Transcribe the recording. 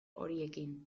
horiekin